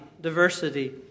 diversity